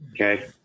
Okay